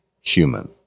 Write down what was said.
human